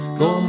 go